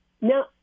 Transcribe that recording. Now